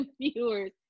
viewers